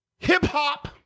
Hip-hop